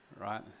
right